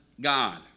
God